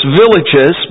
villages